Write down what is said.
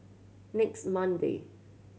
next Monday